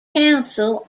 council